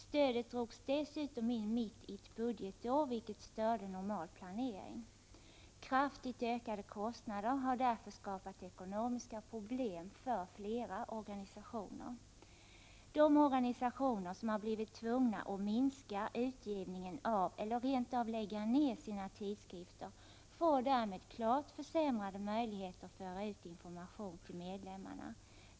Stödet drogs dessutom in mitt under ett budgetår, vilket var störande för en normal planering. De kraftigt ökade kostnaderna har således resulterat i ekonomiska problem för flera organisationer. De organisationer som har blivit tvungna att minska utgivningen av eller som rent av måst lägga ned verksamheten med sina tidskrifter får därmed klart sämre möjligheter att föra ut information till medlemmarna.